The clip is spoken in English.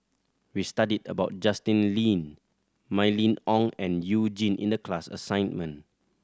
we studied about Justin Lean Mylene Ong and You Jin in the class assignment